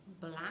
black